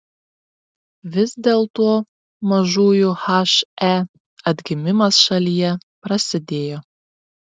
vis dėlto mažųjų he atgimimas šalyje prasidėjo